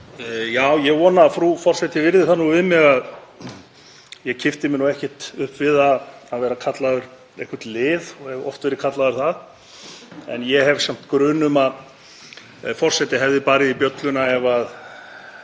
Ég vona að frú forseti virði það við mig að ég kippti mér nú ekkert upp við að vera kallaður eitthvert lið og hef oft verið kallaður það. En ég hef samt grun um að forseti hefði barið í bjölluna ef